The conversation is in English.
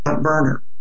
burner